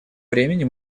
времени